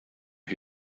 who